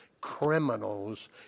criminals